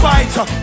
Fighter